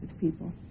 people